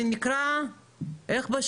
קרן שנקראת מעגלים.